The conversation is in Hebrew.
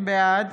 בעד